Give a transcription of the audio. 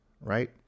right